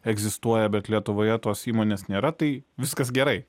egzistuoja bet lietuvoje tos įmonės nėra tai viskas gerai